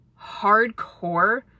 hardcore